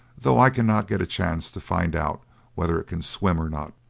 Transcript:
though i cannot get a chance to find out whether it can swim or not.